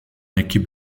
équipe